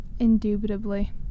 Indubitably